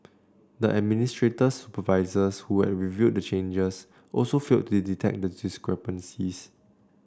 the administrator's supervisors who had reviewed the changes also failed to detect the discrepancies